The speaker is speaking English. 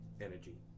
energy